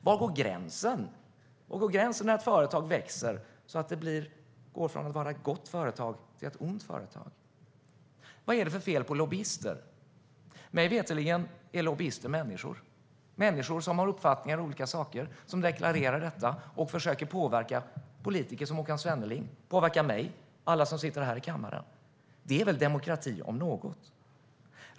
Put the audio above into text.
Var går gränsen för när ett företag växer och går från att vara ett gott företag till ett ont företag? Vad är det för fel på lobbyister? Mig veterligen är lobbyister människor - människor som har uppfattningar om olika saker, som deklarerar detta och som försöker påverka politiker som Håkan Svenneling, mig och alla som sitter här i kammaren. Det är väl demokrati om något.